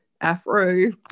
afro